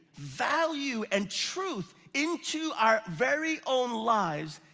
value and truth into our very own lives,